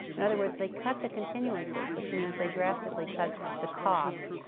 in other words, they cut the continuances, which means they drastically cut the cost.